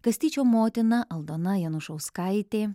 kastyčio motina aldona janušauskaitė